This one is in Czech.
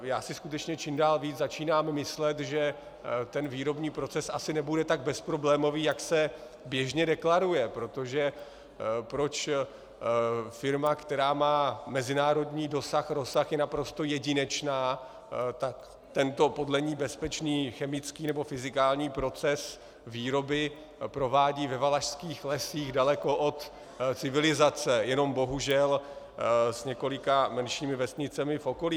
Já si skutečně čím dál víc začínám myslet, že ten výrobní proces asi nebude tak bezproblémový, jak se běžně deklaruje, protože proč firma, která má mezinárodní dosah a rozsah, je naprosto jedinečná, tak tento podle ní bezpečný chemický nebo fyzikální proces výroby provádí ve valašských lesích, daleko od civilizace, jenom bohužel s několika menšími vesnicemi v okolí.